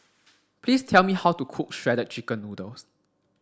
please tell me how to cook shredded chicken noodles